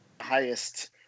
highest